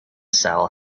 sell